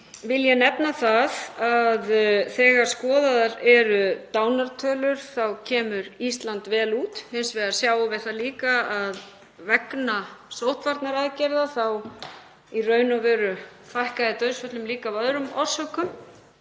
vil ég nefna að þegar skoðaðar eru dánartölur þá kemur Ísland vel út. Hins vegar sjáum við það líka að vegna sóttvarnaaðgerða þá fækkaði í raun og veru dauðsföllum líka af öðrum orsökum